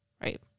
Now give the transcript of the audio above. right